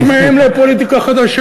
אנחנו כמהים לפוליטיקה חדשה,